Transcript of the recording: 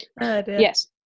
Yes